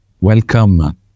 welcome